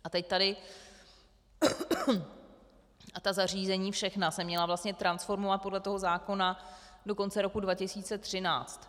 A teď tady ta zařízení všechna se měla vlastně transformovat podle toho zákona do konce roku 2013.